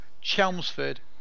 Chelmsford